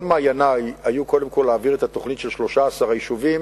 כל מעייני היו קודם כול להעביר את התוכנית של 13 היישובים,